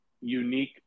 unique